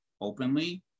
openly